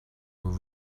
were